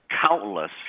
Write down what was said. countless